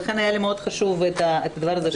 לכן היה לי חשוב מאוד לשמוע על הדבר הזה.